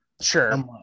Sure